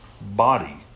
body